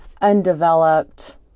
undeveloped